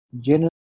general